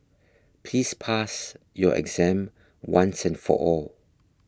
please pass your exam once and for all